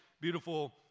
beautiful